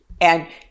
and-